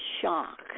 shock